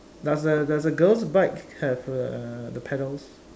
does the does the girl's bike have uh the pedals